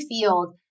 field